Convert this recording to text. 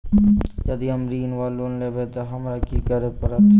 यदि हम ऋण वा लोन लेबै तऽ हमरा की करऽ पड़त?